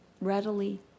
readily